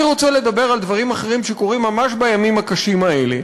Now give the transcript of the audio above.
אני רוצה לדבר על דברים אחרים שקורים ממש בימים הקשים האלה,